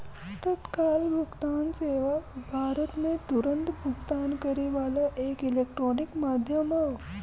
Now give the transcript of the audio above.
तत्काल भुगतान सेवा भारत में तुरन्त भुगतान करे वाला एक इलेक्ट्रॉनिक माध्यम हौ